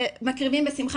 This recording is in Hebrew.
מקריבים בשמחה,